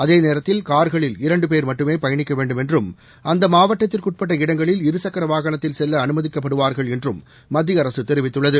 அதேநேரத்தில் காா்களில் இரண்டு பேர் மட்டுமே பயணிக்க வேண்டும் என்றும் அந்த மாவட்டத்திற்குட்பட்ட இடங்களில் இருசக்கர வாகனத்தில் செல்ல அனுமதிக்கப்பவார்கள் என்றும் மத்திய அரசு தெரிவித்துள்ளது